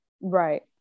Right